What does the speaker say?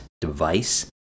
device